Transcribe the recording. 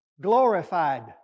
Glorified